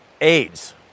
AIDS